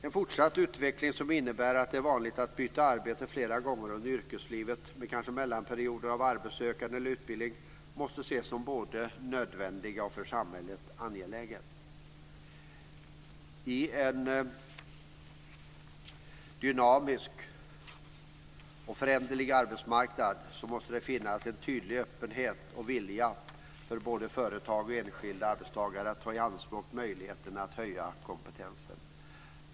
En fortsatt utveckling som innebär att det är vanligt att byta arbete flera gånger under yrkeslivet, med kanske mellanperioder av arbetssökande eller utbildning, måste ses som både nödvändig och för samhället angelägen. På en dynamisk och föränderlig arbetsmarknad måste det finnas en tydlig öppenhet och vilja hos både företag och enskilda arbetstagare att ta i anspråk möjligheterna att höja kompetensen.